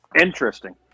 Interesting